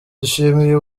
dushimiye